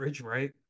right